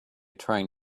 trying